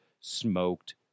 smoked